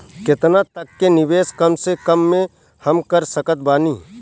केतना तक के निवेश कम से कम मे हम कर सकत बानी?